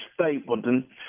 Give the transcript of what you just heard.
Stapleton